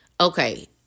okay